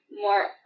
More